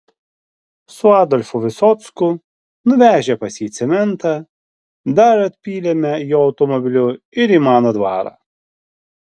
su adolfu visocku nuvežę pas jį cementą dar atpylėme jo automobiliu ir į mano dvarą